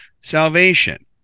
salvation